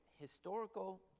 historical